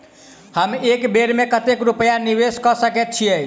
हम एक बेर मे कतेक रूपया निवेश कऽ सकैत छीयै?